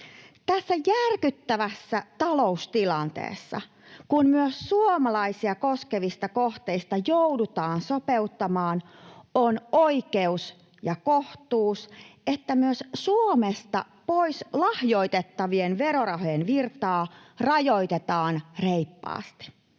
Tässä järkyttävässä taloustilanteessa, kun myös suomalaisia koskevista kohteista joudutaan sopeuttamaan, on oikeus ja kohtuus, että myös Suomesta pois lahjoitettavien verorahojen virtaa rajoitetaan reippaasti.